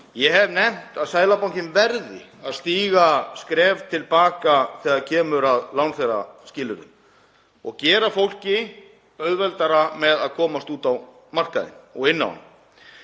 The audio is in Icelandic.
Ég hef nefnt að Seðlabankinn verði að stíga skref til baka þegar kemur að lánþegaskilyrðum og gera fólki auðveldara með að komast inn á markaðinn. En það